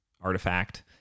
artifact